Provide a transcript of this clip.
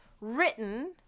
written